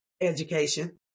Education